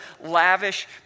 lavish